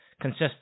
consists